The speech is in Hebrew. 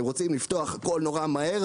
אתם רוצים לפתוח הכול כל כך מהר.